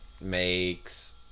makes